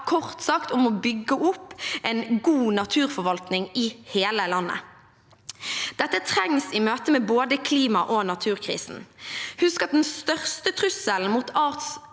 kort sagt om å bygge opp en god naturforvaltning i hele landet. Dette trengs i møte med både klima- og naturkrisen. Husk at den største trusselen mot